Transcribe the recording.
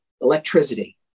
electricity